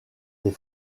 des